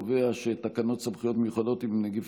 תקנות סמכויות מיוחדות להתמודדות עם נגיף